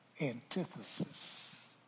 antithesis